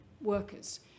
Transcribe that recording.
workers